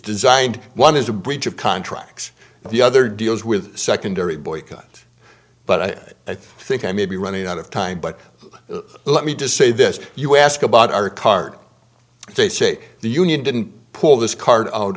designed one is a breach of contract and the other deals with secondary boycott but i think i may be running out of time but let me just say this you ask about our card they say the union didn't pull this card out